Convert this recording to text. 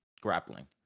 grappling